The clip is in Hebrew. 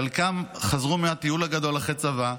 חלקם חזרו מהטיול הגדול אחרי הצבא,